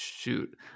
Shoot